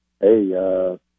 hey